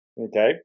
okay